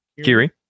Kiri